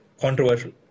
controversial